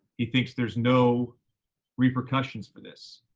he thinks there's no repercussions for this.